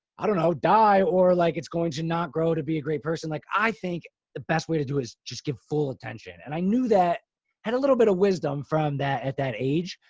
i don't know, die, or like it's going to not grow to be a great person. like i think the best way to do is just give full attention. and i knew that had a little bit of wisdom from that at that age.